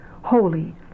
holy